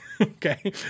Okay